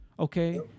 Okay